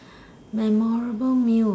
memorable meal